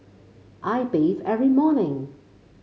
I bathe every morning